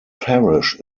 parish